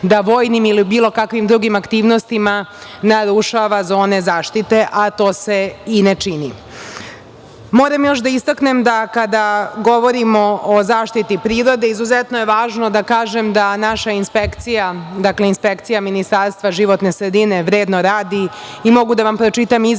da vojnim ili bilo kakvim drugim aktivnostima narušava zone zaštite, a to se i ne čini. Moram još da istaknem da kada govorimo o zaštiti prirode, izuzetno je važno da kažem da naša inspekcija, inspekcija Ministarstva životne sredine vredno radi i mogu da vam pročitam izveštaj